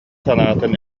санаатын